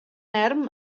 erm